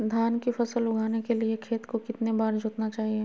धान की फसल उगाने के लिए खेत को कितने बार जोतना चाइए?